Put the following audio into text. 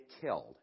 killed